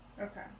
okay